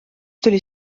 tuli